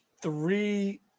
three